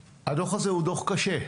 הדוח הזה הוא דוח קשה.